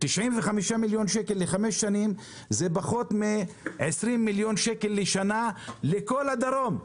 95 מיליון שקל לחמש שנים זה פחות מ-20 מיליון שקל לשנה לכל הדרום.